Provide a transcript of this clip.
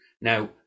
Now